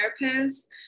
therapist